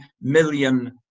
million